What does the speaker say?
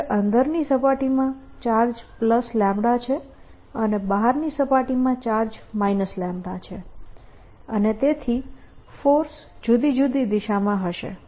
જો કે અંદરની સપાટીમાં ચાર્જ છે અને બહારની સપાટીમાં ચાર્જ છે અને તેથી ફોર્સ જુદી જુદી દિશામાં હશે